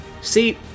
see